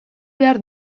behar